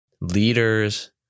leaders